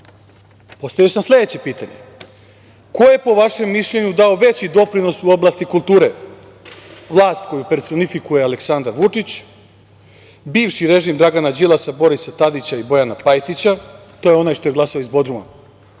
0%.Postavio sam sledeće pitanje – ko je po vašem mišljenju dao veći doprinos u oblasti kulture? Vlast koju personifikuje Aleksandar Vučić, bivši režim Dragana Đilasa, Borisa Tadića i Bojana Pajtića? To je onaj što je glasao iz Bodruma.